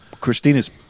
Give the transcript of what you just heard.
Christina's